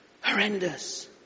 Horrendous